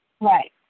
Right